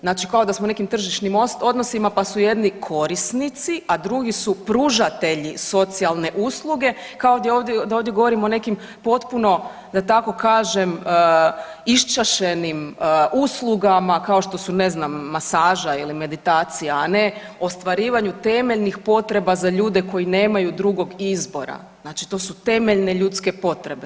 Znači kao da smo u nekim tržišnim odnosima pa su jedni korisnici, a drugi su pružatelji socijalne usluge kao da ovdje govorimo o nekim potpuno da tako kažem iščašenim uslugama kao što su ne znam masaža ili meditacija, a ne ostvarivanju temeljnih potreba za ljude koji nemaju drugog izbora, znači to su temeljne ljudske potrebe.